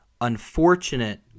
unfortunate